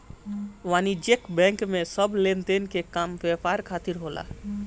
वाणिज्यिक बैंक में सब लेनदेन के काम व्यापार खातिर होला